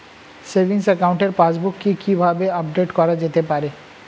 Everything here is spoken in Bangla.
সেভিংস একাউন্টের পাসবুক কি কিভাবে আপডেট করা যেতে পারে?